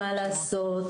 מה לעשות,